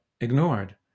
ignored